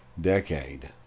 decade